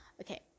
Okay